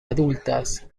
adultas